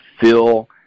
fill